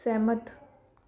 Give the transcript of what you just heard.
ਸਹਿਮਤ